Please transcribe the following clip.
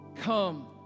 come